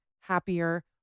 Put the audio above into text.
Happier